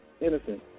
innocent